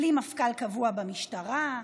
בלי מפכ"ל קבוע במשטרה,